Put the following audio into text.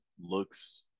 looks